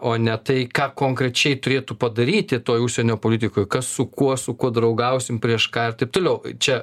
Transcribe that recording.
o ne tai ką konkrečiai turėtų padaryti toj užsienio politikoj kas su kuo su kuo draugausim prieš ką ir taip toliau čia